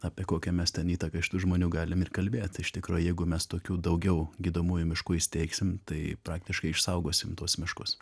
apie kokią mes ten įtaką iš tų žmonių galim ir kalbėt iš tikro jeigu mes tokių daugiau gydomųjų miškų įsteigsim tai praktiškai išsaugosim tuos miškus